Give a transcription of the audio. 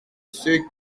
ceux